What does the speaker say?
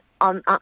on